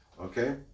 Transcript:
okay